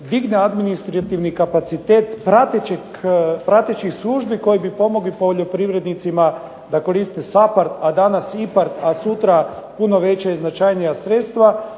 digne administrativni kapacitet pratećih službi koji bi pomogli poljoprivrednicima da koriste SAPARD, a dana IPARD a sutra puno veća i značajnija sredstva,